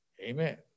Amen